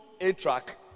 A-track